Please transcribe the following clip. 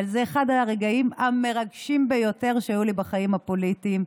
אבל זה אחד הרגעים המרגשים ביותר שהיו לי בחיים הפוליטיים.